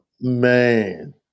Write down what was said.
Man